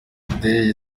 day